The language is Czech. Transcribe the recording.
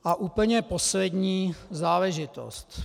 A úplně poslední záležitost.